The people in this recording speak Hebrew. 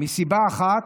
מסיבה אחת: